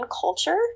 culture